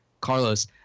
carlos